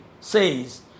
says